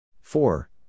Four